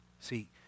See